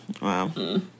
Wow